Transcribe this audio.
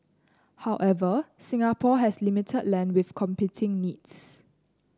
however Singapore has limited land with competing needs